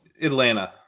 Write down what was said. Atlanta